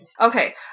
okay